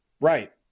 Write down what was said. Right